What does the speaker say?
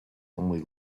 only